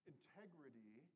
Integrity